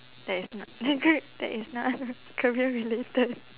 that is not a car~ that is not career related